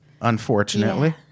unfortunately